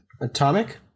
Atomic